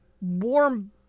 warm